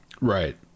Right